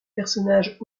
personnages